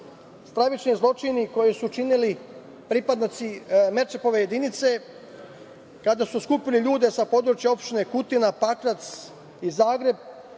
stravični zločini koji su učinili pripadnici Merčepove jedinice kada su skupili ljude sa područja opštine Kutina, Pakrac i Zagreb.